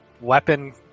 weapon